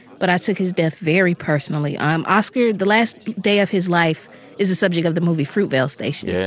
but i took his death very personally. i'm oscar the last day of his life is the subject of the movie fruitvale station. yeah.